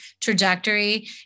trajectory